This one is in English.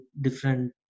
different